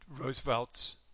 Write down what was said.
Roosevelt's